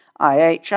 IHR